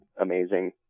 amazing